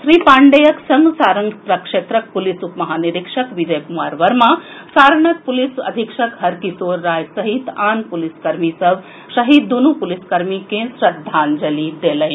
श्री पांडेयक संग सारण प्रक्षेत्रक पुलिस उप महानिरीक्षक विजय कुमार वर्मा सारणक पुलिस अधीक्षक हरकिशोर राय सहित आन पुलिस कर्मी सभ शहीद दुनू पुलिस कर्मी के श्रद्वांजलि देलनि